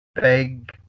Big